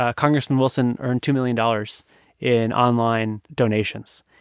ah congressman wilson earned two million dollars in online donations.